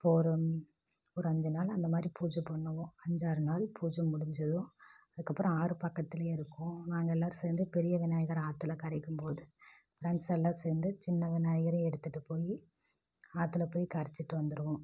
ஒரு ஒரு அஞ்சு நாள் அந்த மாதிரி பூஜை பண்ணுவோம் அஞ்சு ஆறு நாள் பூஜை முடிஞ்சதும் அதுக்கு அப்புறம் ஆறு பக்கத்துலேயே இருக்கும் நாங்கள் எல்லாரும் சேர்ந்து பெரிய விநாயகரை ஆத்தில் கரைக்கும் போது ஃப்ரெண்ட்ஸ் எல்லாம் சேர்ந்து சின்ன விநாயகரை எடுத்துகிட்டு போய் ஆற்றுல போய் கரைச்சுட்டு வந்துடுவோம்